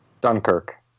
Dunkirk